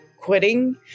quitting